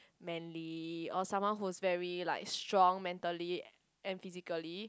manly or someone who's very like strong mentally and physically